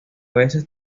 veces